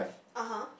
(uh huh)